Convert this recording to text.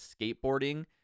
skateboarding